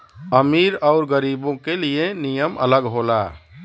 अमीर अउर गरीबो के लिए नियम अलग होला